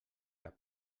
cap